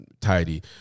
tidy